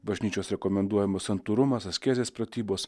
bažnyčios rekomenduojamas santūrumas askezės pratybos